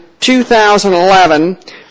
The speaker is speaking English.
2011